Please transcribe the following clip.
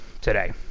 today